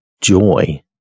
joy